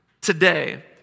today